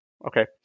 Okay